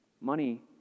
Money